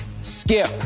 Skip